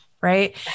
Right